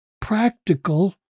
practical